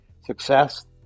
success